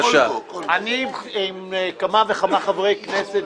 עם כמה וכמה חברי כנסת,